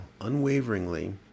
unwaveringly